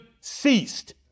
ceased